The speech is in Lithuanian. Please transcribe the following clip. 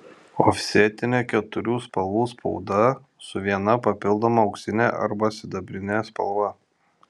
ofsetinė keturių spalvų spauda su viena papildoma auksine arba sidabrine spalva